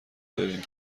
داریم